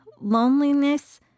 loneliness